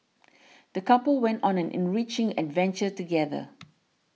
the couple went on an enriching adventure together